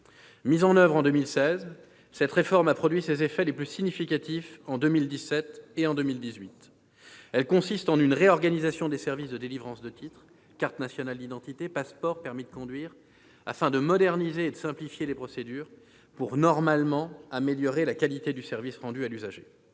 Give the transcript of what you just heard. Mise en oeuvre en 2016, cette réforme a produit ses effets les plus significatifs en 2017 et en 2018. Elle consiste en une réorganisation des services de délivrance de titres- carte nationale d'identité, passeport, permis de conduire -, afin de moderniser et de simplifier les procédures pour, normalement, améliorer la qualité du service rendu à l'usager.